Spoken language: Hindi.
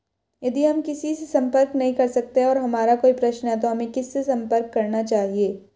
यदि हम किसी से संपर्क नहीं कर सकते हैं और हमारा कोई प्रश्न है तो हमें किससे संपर्क करना चाहिए?